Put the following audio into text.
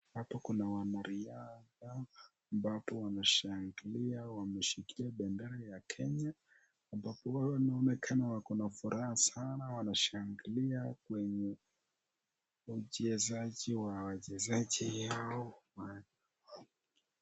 Hapa Kuna wanariadha ambapo wameshangilia wameshikilia bendera ya Kenya ambapo wanaume wako na furaha sana wame shangilia kwenye mchezaji wa wachezaji hao.